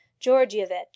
Georgievich